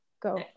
go